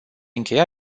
încheia